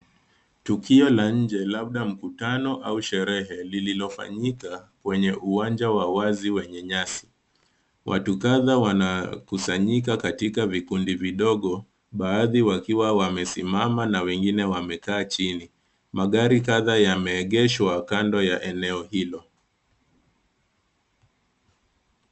Tukio la nje labda mkutano au sherehe, lililofanyika kwenye uwanja wa wazi wenye nyasi. Watu kadha wanakusanyika katika vikundi vidogo, baadhi wakiwa wamesimama na wengine wakiwa wamekaa chini. Magari kadha yameegeshwa kando ya eneo hilo.